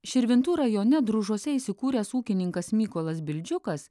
širvintų rajone družuose įsikūręs ūkininkas mykolas bildžiukas